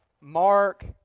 Mark